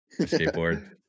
skateboard